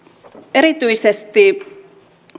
erityisesti